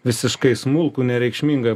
visiškai smulkų nereikšmingą